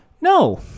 No